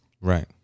Right